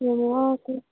ꯌꯥꯝ ꯋꯥꯈ꯭ꯔꯦ